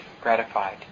gratified